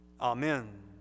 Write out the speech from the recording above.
amen